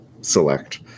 select